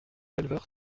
éleveurs